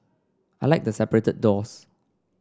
I like the separated doors